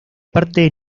parte